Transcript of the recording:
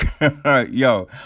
yo